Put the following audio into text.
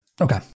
Okay